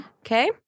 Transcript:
Okay